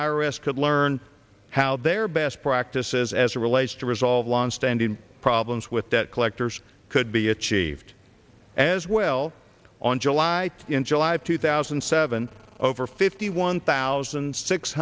s could learn how their best practices as relates to resolve longstanding problems with debt collectors could be achieved as well on july in july of two thousand and seven over fifty one thousand six